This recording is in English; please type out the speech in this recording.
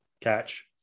Catch